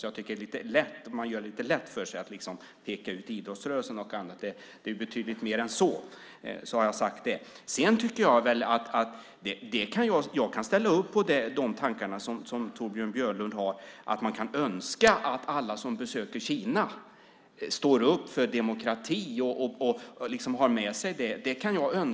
Jag tycker att man gör det lite lätt för sig genom att peka ut idrottsrörelsen. Det handlar om betydligt mer än så. Jag kan ställa upp på de tankar som Torbjörn Björlund har om att man kan önska att alla som besöker Kina står upp för demokrati.